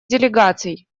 делегаций